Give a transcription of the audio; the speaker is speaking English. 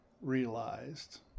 realized